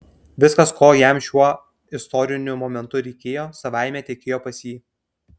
viskas ko jam šiuo istoriniu momentu reikėjo savaime tekėjo pas jį